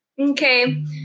Okay